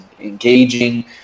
engaging